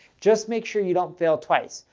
just make sure you don't fail twice.